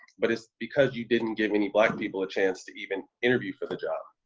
but it's because you didn't give any black people a chance to even interview for the job.